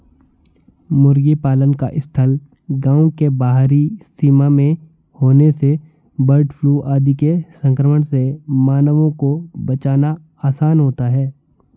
मुर्गी पालन का स्थल गाँव के बाहरी सीमा में होने से बर्डफ्लू आदि के संक्रमण से मानवों को बचाना आसान होता है